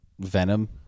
Venom